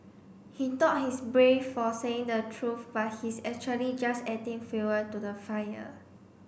he thought he's brave for saying the truth but he's actually just adding fuel to the fire